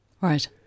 Right